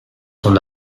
son